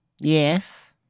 Yes